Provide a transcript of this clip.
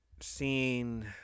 seeing